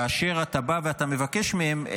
אבל כאשר אתה בא ואתה מבקש מהם,